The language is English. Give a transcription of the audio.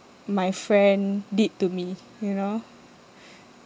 my friend did to me you know